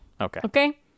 Okay